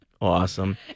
Awesome